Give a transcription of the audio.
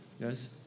Yes